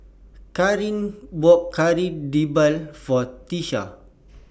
Kareen bought Kari Debal For Tiesha